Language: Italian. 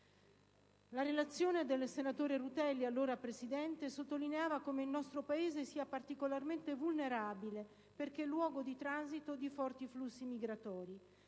la relazione del senatore Rutelli, allora Presidente, sottolineava come il nostro Paese sia particolarmente vulnerabile perché luogo di transito di forti flussi migratori.